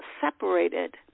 separated